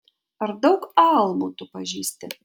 ar daug almų tu pažįsti